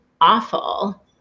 awful